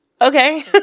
okay